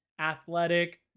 Athletic